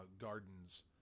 gardens